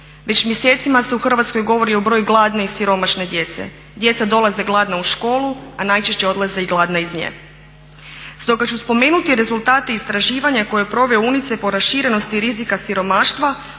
Već mjesecima se u Hrvatskoj govori o broju gladne i siromašne djece. Djeca dolaze gladna u školu, a najčešće i odlaze gladna iz nje. Stoga ću spomenuti rezultate istraživanja koje je proveo UNICEF o raširenosti rizika siromaštva,